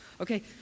okay